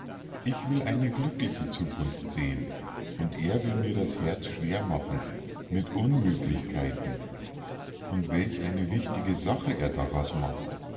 ich will in eine glückliche zukunft sehen und er will mir das herz schwer machen mit unmöglichkeiten und welch eine wichtige sache er daraus macht